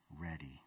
ready